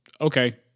okay